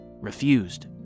refused